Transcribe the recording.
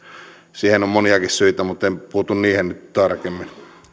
siihen on moniakin syitä mutta en puutu niihin nyt tarkemmin